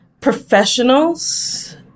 professionals